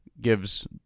gives